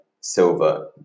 silver